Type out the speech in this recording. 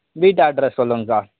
வீட்டு அட்ரெஸ் சொல்லுங்கக்கா